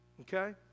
Okay